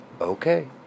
okay